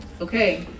Okay